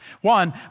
One